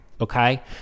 Okay